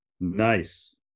Nice